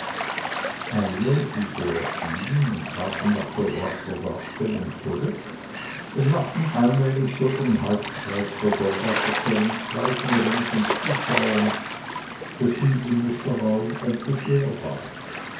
alle die so erschienen traten nach vollbrachter darstellung zurück und machten allmählich so den halbkreis der goldacher zu einem weiten ring von zuschauern dessen innerer raum endlich leer ward